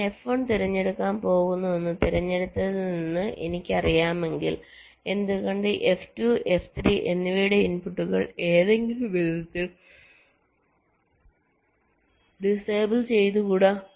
ഞാൻ F1 തിരഞ്ഞെടുക്കാൻ പോകുന്നുവെന്ന് തിരഞ്ഞെടുത്തതിൽ നിന്ന് എനിക്കറിയാമെങ്കിൽ എന്തുകൊണ്ട് F2 F3 എന്നിവയുടെ ഇൻപുട്ടുകൾ ഏതെങ്കിലും വിധത്തിൽ ഡിസേബിൾ ചെയ്തുകൂടാ